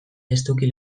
estuki